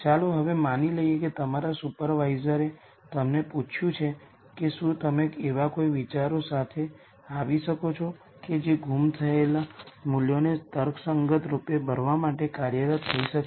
ચાલો હવે માની લઈએ કે તમારા સુપરવાઇઝરે તમને પૂછ્યું છે કે શું તમે એવા કોઈ વિચારો સાથે આવી શકો છો કે જે ગુમ થયેલ મૂલ્યોને તર્કસંગત રૂપે ભરવા માટે કાર્યરત થઈ શકે